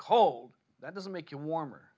cold that doesn't make you warmer